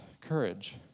courage